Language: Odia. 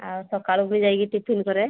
ଆଉ ସକାଳୁ ବି ଯାଇକି ଟିଫିନ୍ କରେ